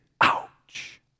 Ouch